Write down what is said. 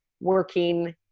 working